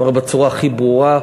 אבל בצורה הכי ברורה,